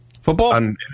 football